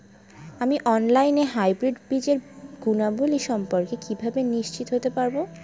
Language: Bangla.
আমি অনলাইনে হাইব্রিড বীজের গুণাবলী সম্পর্কে কিভাবে নিশ্চিত হতে পারব?